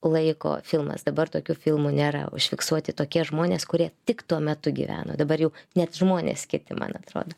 laiko filmas dabar tokių filmų nėra užfiksuoti tokie žmonės kurie tik tuo metu gyveno dabar jau net žmonės kiti man atrodo